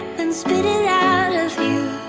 then spit it out of you